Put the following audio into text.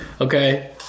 Okay